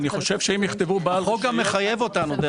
דרך אגב, החוק גם מחייב אותנו.